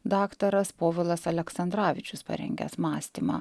daktaras povilas aleksandravičius parengęs mąstymą